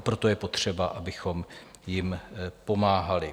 Proto je potřeba, abychom jim pomáhali.